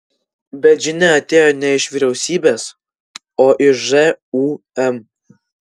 bet žinia atėjo ne iš vyriausybės o iš žūm